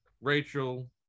Rachel